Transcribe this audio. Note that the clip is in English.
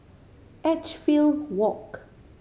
Edgefield Walk